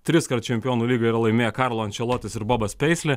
triskart čempionų lygoje yra laimėję karlo ančelotis ir bobas paisley